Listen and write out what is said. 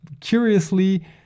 curiously